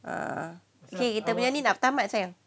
okay kita punya ni nak tamat sayang